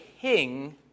king